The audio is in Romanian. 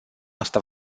asta